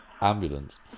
ambulance